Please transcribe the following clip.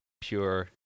Pure